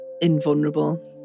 invulnerable